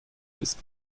ist